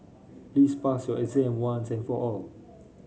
please pass your exam once and for all